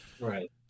Right